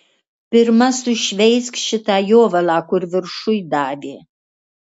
pirma sušveisk šitą jovalą kur viršuj davė